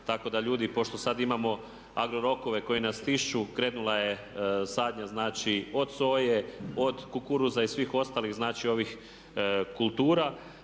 tako da ljudi pošto sad imamo agro rokove koji nas stišću krenula je sadnja, znači od soje, od kukuruza i svih ostalih kultura.